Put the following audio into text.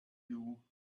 you